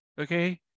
okay